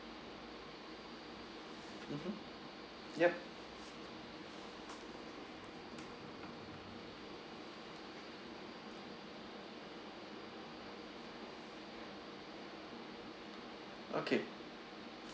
mmhmm ya okay